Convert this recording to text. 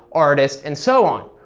artist, and so on.